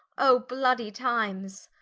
o bloody times!